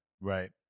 Right